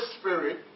Spirit